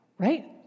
Right